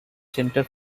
center